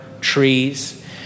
trees